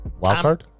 Wildcard